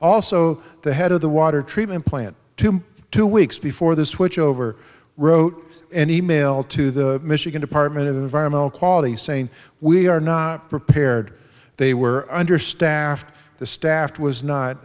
also the head of the water treatment plant two weeks before the switchover wrote an e mail to the michigan department of environmental quality saying we are not prepared they were understaffed the staffed was not